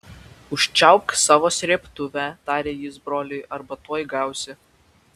užčiaupk savo srėbtuvę tarė jis broliui arba tuoj gausi